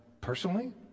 personally